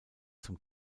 zum